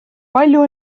palju